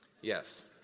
Yes